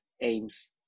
aims